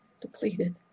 Depleted